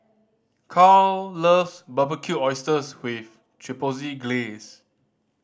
Caryl loves Barbecued Oysters with Chipotle Glaze